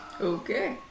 Okay